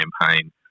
campaign